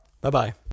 Bye-bye